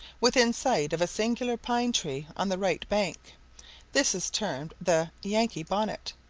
within sight of a singular pine tree on the right bank this is termed the yankee bonnet,